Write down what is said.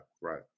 right